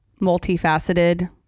multifaceted